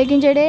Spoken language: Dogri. लेकिन जेह्ड़े